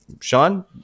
Sean